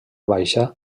baixa